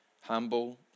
humble